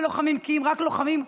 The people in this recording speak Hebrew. אם הם היו רק לוחמים,